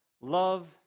love